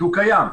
שהוא קיים.